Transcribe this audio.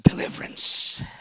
Deliverance